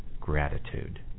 gratitude